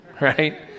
right